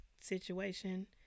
situation